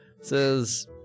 says